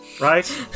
right